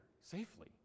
safely